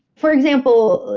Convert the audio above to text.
for example,